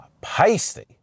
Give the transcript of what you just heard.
pasty